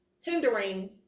hindering